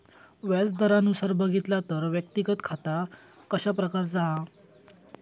व्याज दरानुसार बघितला तर व्यक्तिगत खाता कशा प्रकारचा हा?